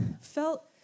felt